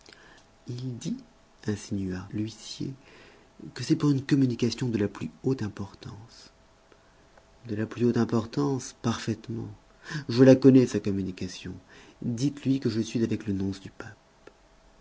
l'huissier que c'est pour une communication de la plus haute importance de la plus haute importance parfaitement je la connais sa communication dites-lui que je suis avec le nonce du pape